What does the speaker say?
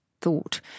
thought